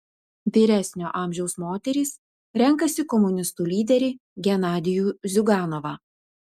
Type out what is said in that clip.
vyresnio amžiaus moterys renkasi komunistų lyderį genadijų ziuganovą